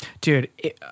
dude